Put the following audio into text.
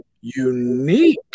unique